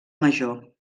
major